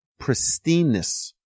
pristineness